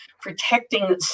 protecting